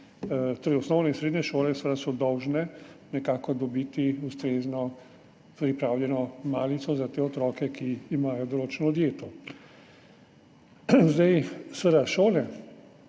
so osnovne in srednje šole seveda dolžne nekako dobiti ustrezno pripravljeno malico za te otroke, ki imajo določeno dieto. Seveda šole